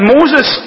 Moses